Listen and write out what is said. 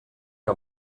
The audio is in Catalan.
que